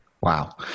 Wow